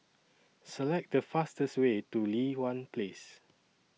Select The fastest Way to Li Hwan Place